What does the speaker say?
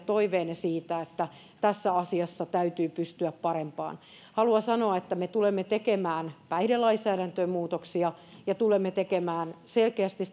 toiveenne siitä että tässä asiassa täytyy pystyä parempaan haluan sanoa että me tulemme tekemään päihdelainsäädäntöön muutoksia ja tulemme hakemaan selkeästi